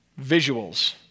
visuals